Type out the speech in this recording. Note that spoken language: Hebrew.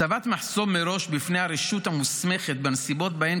הצבת מחסום מראש בפני הרשות המוסמכת בנסיבות שבהן